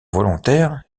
volontaire